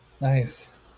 Nice